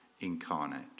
incarnate